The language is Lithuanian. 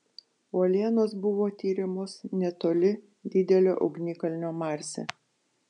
uolienos buvo tiriamos netoli didelio ugnikalnio marse